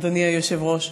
אדוני היושב-ראש,